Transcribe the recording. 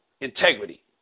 integrity